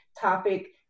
topic